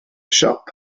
siop